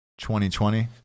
2020